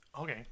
Okay